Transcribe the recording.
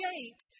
shaped